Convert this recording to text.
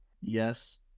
Yes